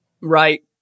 right